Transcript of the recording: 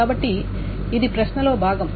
కాబట్టి ఇది ప్రశ్నలో భాగం